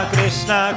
Krishna